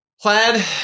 Plaid